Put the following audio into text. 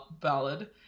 ballad